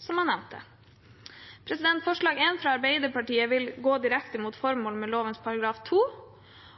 som jeg nevnte. Forslag nr. 1, fra Arbeiderpartiet vil gå direkte imot formålet med lovens § 2